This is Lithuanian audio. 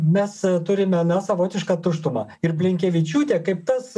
mes turime na savotišką tuštumą ir blinkevičiūtė kaip tas